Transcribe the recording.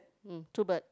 mm two bird